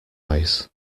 ice